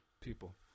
people